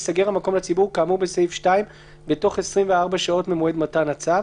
ייסגר המקום לציבור כאמור בסעיף 2 בתוך 24 שעות ממועד מתן הצו.